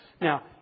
Now